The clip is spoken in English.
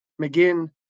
McGinn